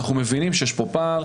אנחנו מבינים שיש פה פער.